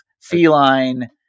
feline